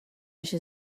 she